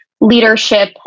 leadership